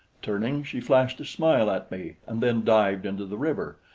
turning, she flashed a smile at me and then dived into the river,